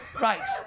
Right